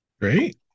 great